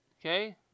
Okay